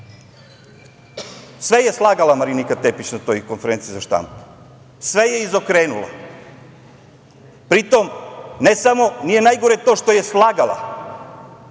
sve je slagala Marinika Tepić na toj konferenciji za štampu, sve je izokrenula. Pri tome, nije najgore to što je slagala,